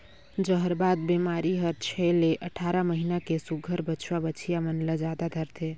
जहरबाद बेमारी हर छै ले अठारह महीना के सुग्घर बछवा बछिया मन ल जादा धरथे